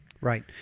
Right